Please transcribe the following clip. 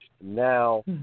now